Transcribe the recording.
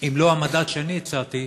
אם לא המדד שאני הצעתי,